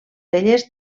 elles